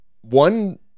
one